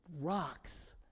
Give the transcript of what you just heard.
rocks